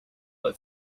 but